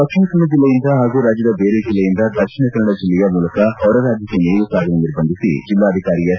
ದಕ್ಷಿಣ ಕನ್ನಡ ಜಿಲ್ಲೆಯಿಂದ ಪಾಗೂ ರಾಜ್ಯದ ಬೇರೆ ಜಿಲ್ಲೆಯಿಂದ ದಕ್ಷಿಣ ಕನ್ನಡ ಜಿಲ್ಲೆಯ ಮೂಲಕ ಹೊರರಾಜ್ಯಕ್ಷ ಮೇವು ಸಾಗಾಣಿಕೆ ನಿರ್ಬಂಧಿಸಿ ಜಿಲ್ಲಾಧಿಕಾರಿ ಎಸ್